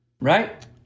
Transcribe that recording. Right